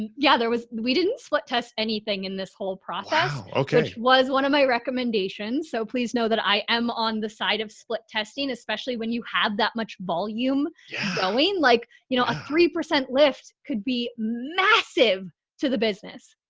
yeah, there was, we didn't split test anything in this whole process, which was one of my recommendations. so please know that i am on the side of split testing, especially when you have that much volume going. like, you know, a three percent lift could be massive to the business.